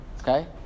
okay